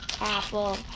apple